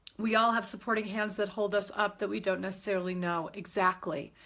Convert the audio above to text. we all have supporting hands that hold us up that we don't necessarily know. exactly.